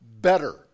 better